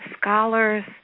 scholars